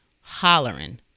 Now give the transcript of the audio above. hollering